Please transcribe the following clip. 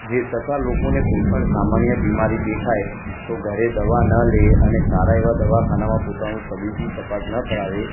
જે તથા લોકોને કોઇપણ સામાન્ય બીમારી દેખાય તો ઘરે દવા ન લે અને સારા એવાં દવાખાનામાં પોતાનું તબીબી તપાસ ના કરાવે